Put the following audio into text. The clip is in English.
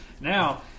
Now